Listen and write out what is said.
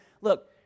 Look